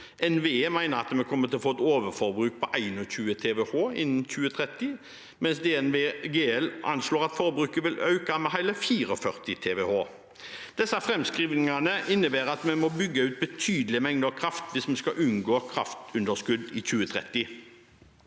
NVE mener at vi kommer til å få et overforbruk på 21 TWh innen 2030, mens DNV GL anslår at forbruket vil øke med hele 44 TWh. Disse framskrivingene innebærer at vi må bygge ut betydelige mengder kraft hvis vi skal unngå kraftunderskudd i 2030.